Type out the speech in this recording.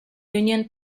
union